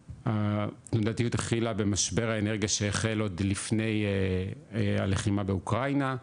התנודתיות התחילה במשבר האנרגיה שהחל עוד לפני הלחימה באוקראינה,